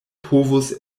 povus